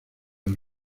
del